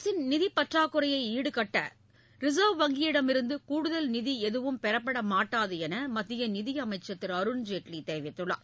அரசின் நிதிப் பற்றாக்குறையை ஈடுகட்ட ரிசர்வ் வங்கியிடமிருந்து கூடுதல் நிதி எதுவும் பெறப்பட மாட்டாது என மத்திய நிதியமைச்சர் திரு அருண்ஜேட்வி தெரிவித்துள்ளார்